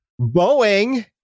Boeing